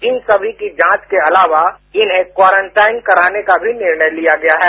इन समी की जांच के अलावा इन्हें क्वारैन्टाइन कराने का भी निर्णय लिया गया है